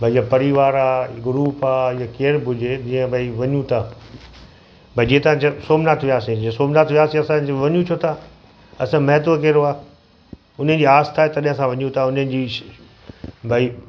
भई जीअं परिवार आहे ग्रुप आहे या केर बि हुजे जीअं भई वञू था भई जीअं तव्हां सोमनाथ वियासीं जीअं सोमनाथ वियासीं असां वञू छो था असां महत्वु कहिड़ो आहे हुनजी आस्था आहे तॾहिं असां वञू था हुनजी भई